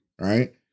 right